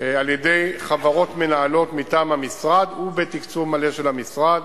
על-ידי חברות מנהלות מטעם המשרד ובתקצוב מלא של המשרד.